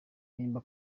nimba